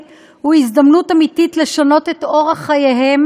הוא הזדמנות אמיתית לשנות את אורח חייהם